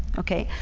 okay,